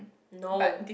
no